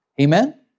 Amen